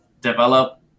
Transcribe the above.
develop